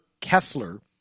Kessler